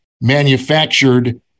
manufactured